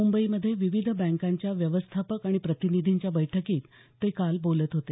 मुंबईमध्ये विविध बँकांच्या व्यवस्थापक आणि प्रतिनिधींच्या बैठकीत ते काल बोलत होते